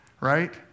right